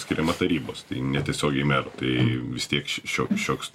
skiriama tarybos tai netiesiogiai mero tai vis tieks šioks šioks